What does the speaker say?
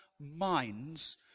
minds